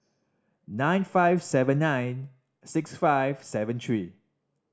nine five seven nine six five seven three